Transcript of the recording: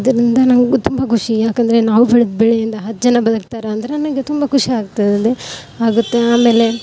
ಇದರಿಂದ ನನಗೂ ತುಂಬ ಖುಷಿ ಯಾಕಂದರೆ ನಾವು ಬೆಳೆದ ಬೆಳೆಯಿಂದ ಹತ್ತು ಜನ ಬದುಕ್ತಾರೆ ಅಂದ್ರೆ ನನಗೆ ತುಂಬ ಖುಷಿ ಆಗ್ತದಂದ್ರೆ ಆಗುತ್ತೆ ಆಮೇಲೆ